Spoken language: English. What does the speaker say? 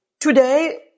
today